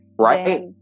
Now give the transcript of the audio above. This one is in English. right